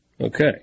Okay